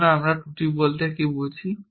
সুতরাং আমরা ত্রুটি বলতে কি বুঝি